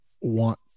want